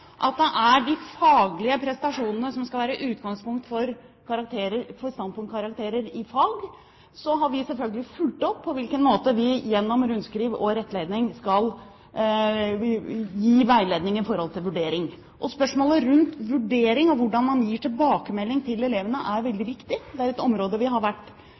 at det er de faglige prestasjonene som skal være utgangspunkt for standpunktkarakterer i fag, har vi selvfølgelig fulgt opp på hvilken måte vi gjennom rundskriv og rettledning skal gi veiledning i forhold til vurdering. Spørsmålet rundt vurdering og hvordan man gir tilbakemelding til elevene, er veldig viktig. Det er et område vi har vært